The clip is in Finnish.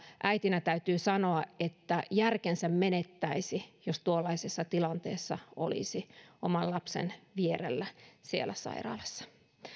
äitinä täytyy sanoa että järkensä menettäisi jos tuollaisessa tilanteessa olisi oman lapsen vierellä siellä sairaalassa